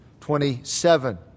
27